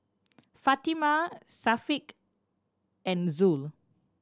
Fatimah Syafiq and Zul